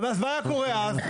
אז מה קורה אז?